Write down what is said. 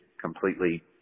completely